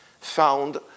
found